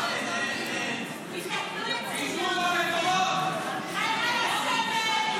את לא מבינה, עליזה, 59